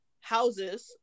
houses